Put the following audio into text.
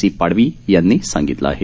C Padvi यांनी सांगितलं आहे